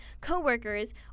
co-workers